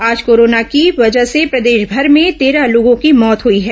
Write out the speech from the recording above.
आज कोरोना की वजह से प्रदेशभर में तेरह लोगों की मौत हुई है